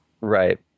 Right